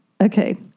Okay